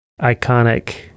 iconic